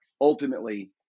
ultimately